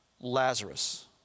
Lazarus